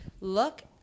Look